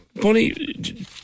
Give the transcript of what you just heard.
Bonnie